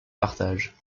partage